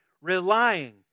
relying